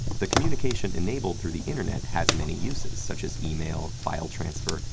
the communication enabled through the internet has many uses, such as email, file transfer,